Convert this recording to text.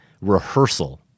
rehearsal